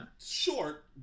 Short